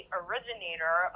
originator